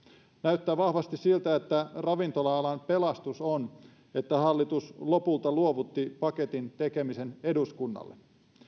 näyttää vahvasti siltä että ravintola alan pelastus on että hallitus lopulta luovutti paketin tekemisen eduskunnalle